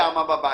בבית.